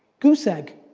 goose egg.